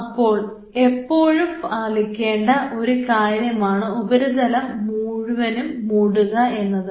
അപ്പോൾ എപ്പോഴും പാലിക്കേണ്ട ഒരു കാര്യമാണ് ഉപരിതലം മുഴുവനും മൂടുക എന്നത്